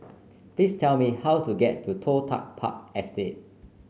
please tell me how to get to Toh Tuck Park Estate